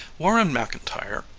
warren mcintyre,